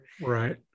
Right